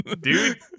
Dude